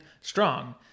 strong